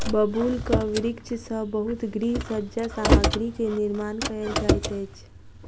बबूलक वृक्ष सॅ बहुत गृह सज्जा सामग्री के निर्माण कयल जाइत अछि